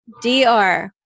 DR